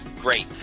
great